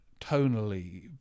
tonally